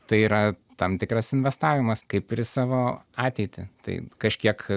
tai yra tam tikras investavimas kaip ir į savo ateitį tai kažkiek